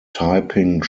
typing